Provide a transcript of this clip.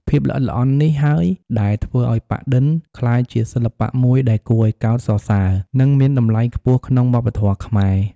ភាពល្អិតល្អន់នេះហើយដែលធ្វើឱ្យប៉ាក់-ឌិន ក្លាយជាសិល្បៈមួយដែលគួរឱ្យកោតសរសើរ និងមានតម្លៃខ្ពស់ក្នុងវប្បធម៌ខ្មែរ។